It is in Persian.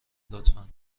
لطفا